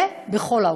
ובכל העולם,